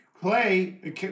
Clay